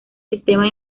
sistema